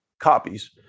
Copies